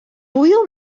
hwyl